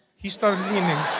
he started leaning.